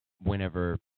whenever